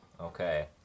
Okay